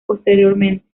posteriormente